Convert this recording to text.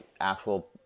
actual